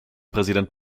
präsident